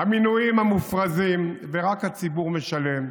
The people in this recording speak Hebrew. המינויים המופרזים, ורק הציבור משלם.